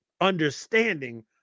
understanding